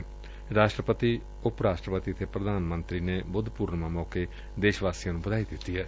ਰਾਸ਼ਟਰਪਤੀ ਉੱਪ ਰਾਸ਼ਟਰਪਤੀ ਅਤੇ ਪ੍ਧਾਨਮੰਤਰੀ ਨੇ ਬੁੱਧ ਪੂਰਨਿਮਾ ਮੌਕੇ ਦੇਸ਼ ਵਾਸੀਆਂ ਨੂੰ ਵਧਾਈ ਦਿੱਤੀ ਏ